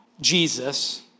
Jesus